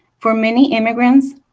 for many immigrants,